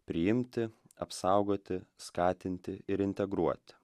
priimti apsaugoti skatinti ir integruoti